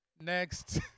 Next